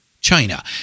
China